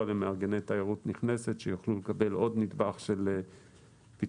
למארגני תיירות נכנסת שיוכלו לקבל עוד נדבך של פיצוי,